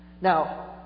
Now